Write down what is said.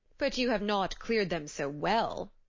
but you have not cleared them so well,